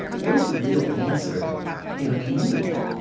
what is the real answer in a community?